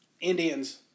Indians